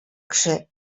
кеше